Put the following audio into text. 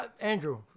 Andrew